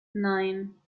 nine